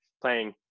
playing